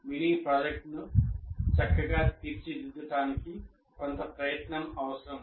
mini ప్రాజెక్ట్ను చక్కగా తీర్చిదిద్దడానికి కొంత ప్రయత్నం అవసరం